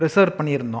reserve பண்ணிருந்தோம்